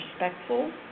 respectful